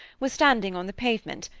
were standing on the pavement,